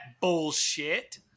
bullshit